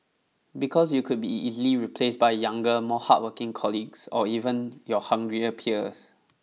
because you could be easily replaced by younger more hardworking colleagues or even your hungrier peers